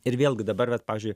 ir vėlgi dabar vat pavyžiui